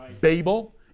Babel